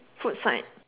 food side